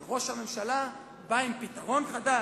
אבל ראש הממשלה בא עם פתרון חדש,